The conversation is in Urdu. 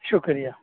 شکریہ